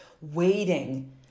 Waiting